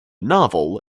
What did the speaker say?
novel